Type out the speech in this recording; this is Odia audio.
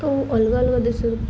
ତ ଅଲଗା ଅଲଗା ଦେଶରେ ମଧ୍ୟ